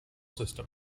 system